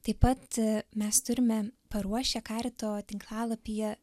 taip pat mes turime paruošę karito tinklalapyje